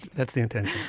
that's the intention.